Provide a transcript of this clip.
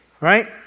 right